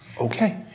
Okay